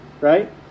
right